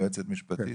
יועצת משפטית.